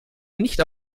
nicht